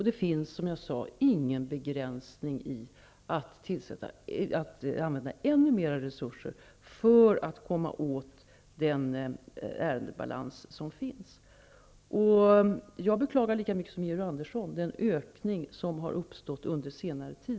Det finns, som jag sade, ingen begränsning när det gäller att tillföra ytterligare resurser för att bringa ned den nuvarande ärendebalansen. Jag beklagar lika mycket som Georg Andersson den ökning i omfattningen av ärendebalansen som har uppstått under senare tid.